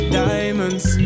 diamonds